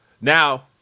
Now